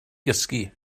gysgu